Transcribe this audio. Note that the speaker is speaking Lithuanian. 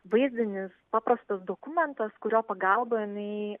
vaizdinis paprastas dokumentas kurio pagalba jinai